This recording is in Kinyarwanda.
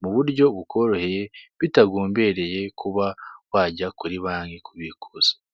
mu buryo bukoroheye bitagombereye kuba wajya kuri banki kubikuza.